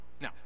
Now